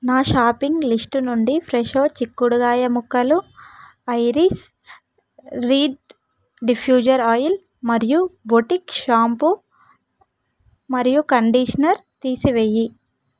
నా shopping list నుండి Fresho చిక్కుడుగాయ ముక్కలు ఐరిస్ రీడ్ డిఫ్యూజర్ ఆయిల్ మరియు బొటిక్ షాంపూ మరియు కండీషనర్ తీసివెయ్యి